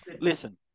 Listen